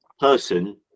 person